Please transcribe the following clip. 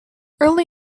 early